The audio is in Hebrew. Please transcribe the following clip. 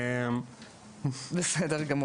בסדר גמור.